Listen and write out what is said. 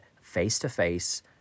face-to-face